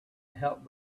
help